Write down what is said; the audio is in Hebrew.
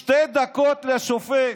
שתי דקות לשופט,